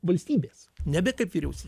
valstybės nebe kaip vyriausy